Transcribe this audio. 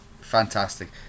fantastic